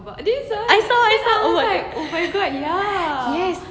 I saw I saw yes